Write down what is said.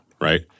right